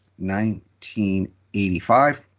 1985